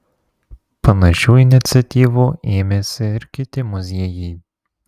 panašių iniciatyvų ėmėsi ir kiti muziejai